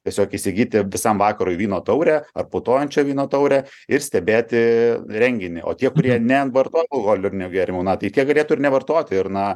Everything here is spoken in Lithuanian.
tiesiog įsigyti visam vakarui vyno taurę ar putojančio vyno taurę ir stebėti renginį o tie kurie nenvartoja alkoholinių gėrimų na tai tie galėtų ir nevartoti ir na